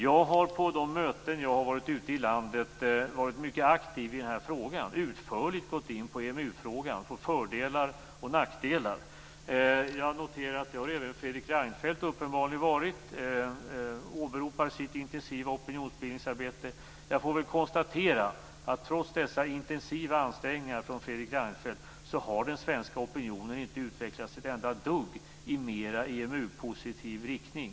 På de möten jag har varit ute på i landet har jag varit mycket aktiv i EMU-frågan och utförligt gått in på fördelar och nackdelar med EMU. Jag noterar att även Fredrik Reinfeldt uppenbarligen varit aktiv. Han åberopar sitt intensiva opinionsbildningsarbete. Jag får väl konstatera att trots dessa intensiva ansträngningar från Fredrik Reinfeldt har den svenska opinionen inte utvecklats ett enda dugg i mer EMU-positiv riktning.